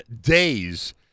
days